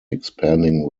expanding